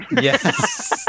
Yes